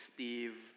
Steve